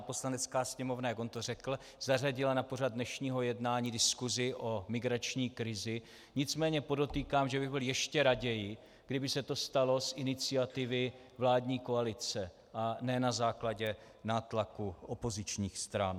Poslanecká sněmovna, jak on to řekl, zařadila na pořad dnešního jednání diskuzi o migrační krizi, nicméně podotýkám, že bych byl ještě raději, kdyby se to stalo s iniciativy vládní koalice, a ne na základě opozičních stran.